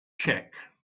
check